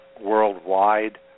worldwide